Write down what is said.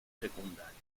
secundarios